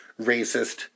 racist